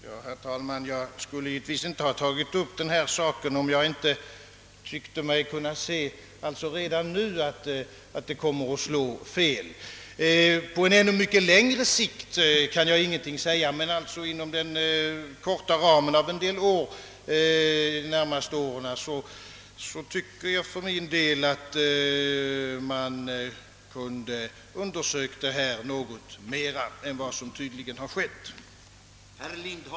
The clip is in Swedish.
Herr talman! Jag hade givetvis inte tagit upp denna fråga, om jag inte redan nu ansett mig kunna bedöma att systemet kommer att slå fel. På längre sikt kan jag ingenting säga, men inom ramen för de närmaste åren tycker jag att man kunde ha undersökt saken något mera än vad som tydligen har varit fallet.